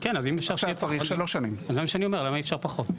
זה מה שאני שואל למה אי-אפשר פחות?